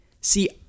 see